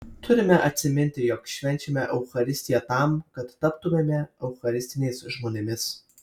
turime atsiminti jog švenčiame eucharistiją tam kad taptumėme eucharistiniais žmonėmis